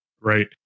right